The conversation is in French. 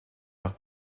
leur